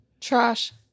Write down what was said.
Trash